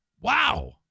wow